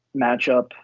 matchup